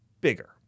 bigger